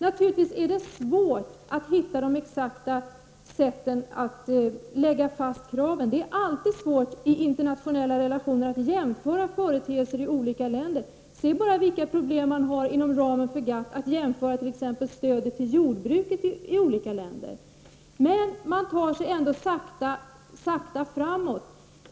Naturligtvis är det svårt att hitta de allra bästa sätten att ställa krav. Det är alltid svårt att i internationella relationer jämföra företeelser i de olika länderna. Se bara vilka problem man har inom ramen för GATT när det gäller att jämföra t.ex. stödet till jordbruket i olika länder. Men man tar sig ändå sakta framåt.